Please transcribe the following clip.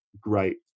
great